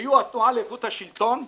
היו התנועה לאיכות השלטון ו"קהלת"